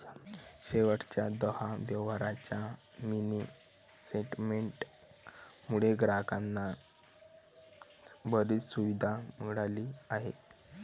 शेवटच्या दहा व्यवहारांच्या मिनी स्टेटमेंट मुळे ग्राहकांना बरीच सुविधा मिळाली आहे